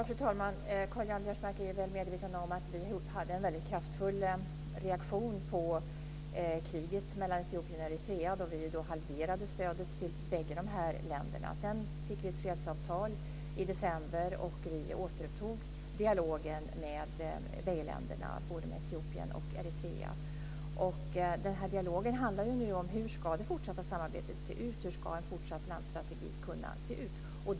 Fru talman! Karl-Göran Biörsmark är väl medveten om att vi hade en väldigt kraftfull reaktion på kriget mellan Etiopien och Eritrea då vi halverade stödet till bägge länderna. Sedan blev det ett fredsavtal i december, och vi återupptog dialogen med bägge länderna - både Etiopien och Eritrea. Dialogen handlar nu om hur det fortsatta samarbetet ska se ut och hur en fortsatt landsstrategi ska kunna se ut.